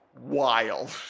wild